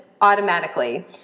automatically